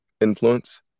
influence